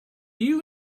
you